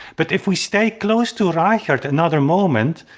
but if we stay close to reichardt another moment,